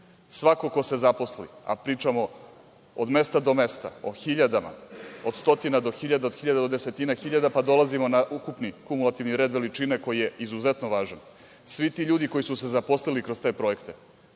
svako ko se zaposli, a pričamo od mesta do mesta, o hiljadama, od stotina do hiljada, od hiljada do desetina hiljada, pa dolazimo na ukupni kumulativni red veličine koji je izuzetno važan. Svi ti ljudi koji su se zaposlili kroz te projekte